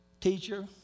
teacher